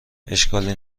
اشکالی